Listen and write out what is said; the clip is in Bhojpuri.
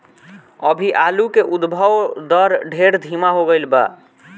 अभी आलू के उद्भव दर ढेर धीमा हो गईल बा